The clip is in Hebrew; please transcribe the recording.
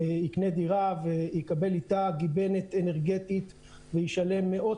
יקנה דירה ויקבל איתה גיבנת אנרגטית וישלם מאות